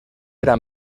era